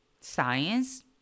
science